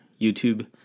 YouTube